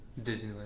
Disneyland